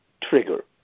trigger